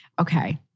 Okay